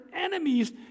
enemies